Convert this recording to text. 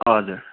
हजुर